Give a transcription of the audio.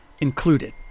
included